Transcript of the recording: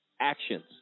actions